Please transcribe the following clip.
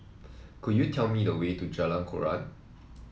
could you tell me the way to Jalan Koran